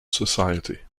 society